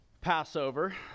Passover